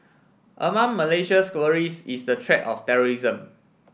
among Malaysia's worries is the threat of terrorism